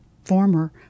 former